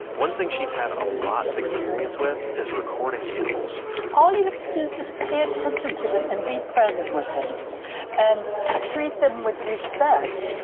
one thing she's had a lot of experience with is recording animals all you have to do is just pay attention to them and be present with them and treat them with respect.